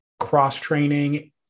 cross-training